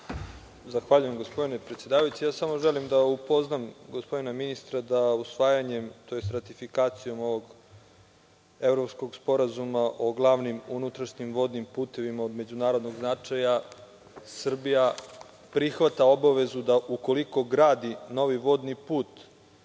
Zahvaljujem gospodine predsedavajući. Samo želim da upoznam gospodina ministra da usvajanjem tj. ratifikacijom ovog Evropskog sporazuma o glavnim unutrašnjim vodnim putevima od međunarodnog značaja, Srbija prihvata obavezu da ukoliko gradi novi vodni put,